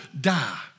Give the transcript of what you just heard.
die